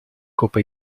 coppa